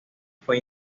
fue